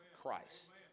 Christ